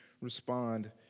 respond